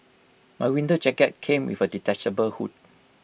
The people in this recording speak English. my winter jacket came with A detachable hood